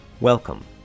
Welcome